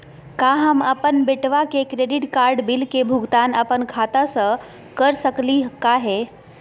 का हम अपन बेटवा के क्रेडिट कार्ड बिल के भुगतान अपन खाता स कर सकली का हे?